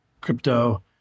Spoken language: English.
crypto